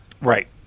Right